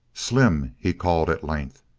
slim! he called at length.